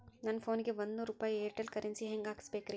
ನನ್ನ ಫೋನಿಗೆ ಒಂದ್ ನೂರು ರೂಪಾಯಿ ಏರ್ಟೆಲ್ ಕರೆನ್ಸಿ ಹೆಂಗ್ ಹಾಕಿಸ್ಬೇಕ್ರಿ?